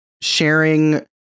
sharing